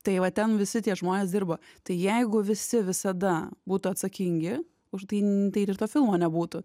tai va ten visi tie žmonės dirba tai jeigu visi visada būtų atsakingi už tai tai ir to filmo nebūtų